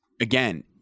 again